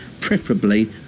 preferably